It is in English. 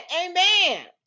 amen